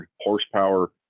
horsepower